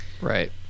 Right